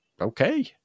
okay